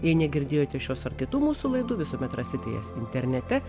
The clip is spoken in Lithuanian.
jei negirdėjote šios ar kitų mūsų laidų visuomet rasite jas internete